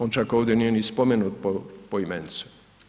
On čak ovdje nije ni spomenut poimence.